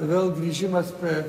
vėl grįžimas prie